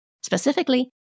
specifically